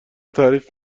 تعریف